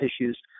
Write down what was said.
issues